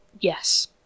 Yes